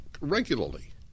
regularly